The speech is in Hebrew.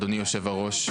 אדוני יושב-הראש?